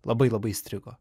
labai labai įstrigo